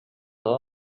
جوریه